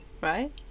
right